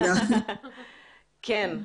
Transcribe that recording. כן,